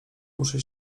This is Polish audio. muszę